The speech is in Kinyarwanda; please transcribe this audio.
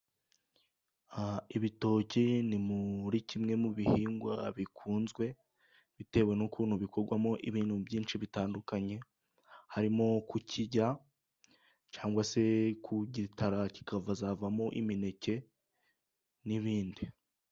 Ibitoki ni muri kimwe mu bihingwa bikunzwe, bitewe n'ukuntu bikorwamo ibintu byinshi bitandukanye; harimo kukirya cyangwa se kugitara kikavazavamo imineke n'ibindi.